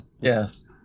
Yes